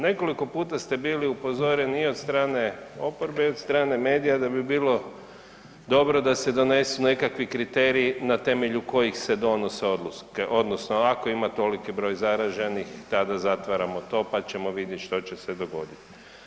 Nekoliko puta ste bili upozoreni i od strane oporbe i od strane medija da bi bilo dobro da se donesu nekakvi kriteriji na temelju kojih se donose odluke odnosno ako ima toliko broj zaraženih, tada zatvaramo to pa ćemo vidjeti što će se dogoditi.